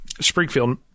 Springfield